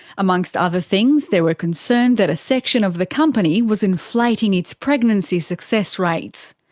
amongst other things, they were concerned that a section of the company was inflating its pregnancy success rates.